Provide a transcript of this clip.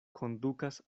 kondukas